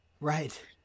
Right